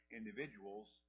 individuals